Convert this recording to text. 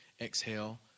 exhale